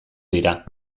dira